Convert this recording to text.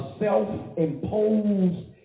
self-imposed